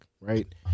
Right